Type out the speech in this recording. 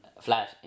flat